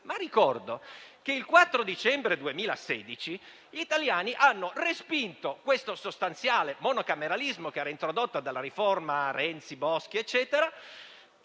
ma ricordo che il 4 dicembre 2016 gli italiani hanno respinto il sostanziale monocameralismo introdotto dalla riforma Renzi-Boschi e